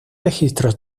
registros